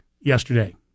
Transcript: yesterday